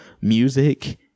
Music